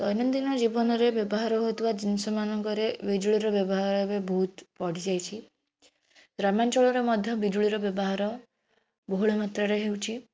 ଦୈନଦିନ ଜୀବନରେ ବ୍ୟବହାର ହେଉଥିବା ଜିନଷମାନଙ୍କରେ ବିଜୁଳିର ବ୍ୟବହାର ଏବେ ବହୁତ ବଢ଼ିଯାଇଛି ଗ୍ରାମାଞ୍ଚଳରେ ମଧ୍ୟ ବିଜୁଳିର ବ୍ୟବହାର ବହୁଳ ମାତ୍ରାରେ ହେଉଛି